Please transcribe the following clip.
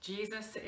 Jesus